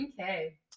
Okay